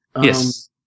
Yes